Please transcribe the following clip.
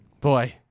Boy